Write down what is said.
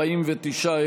49,